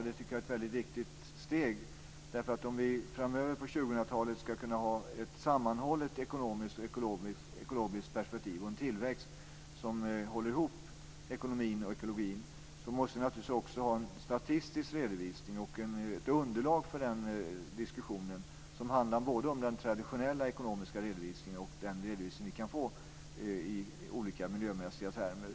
Det tycker jag är ett mycket viktigt steg, därför att om vi framöver på 2000-talet ska kunna ha ett sammanhållet ekonomiskt och ekologiskt perspektiv och en tillväxt som håller ihop ekonomin och ekologin, måste vi naturligtvis också ha en statistisk redovisning och ett underlag för den diskussionen som handlar både om den traditionella ekonomiska redovisningen och om den redovisning som vi kan få i olika miljömässiga termer.